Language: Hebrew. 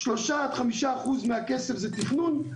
שלושה עד חמישה אחוז מהכסף זה תכנון,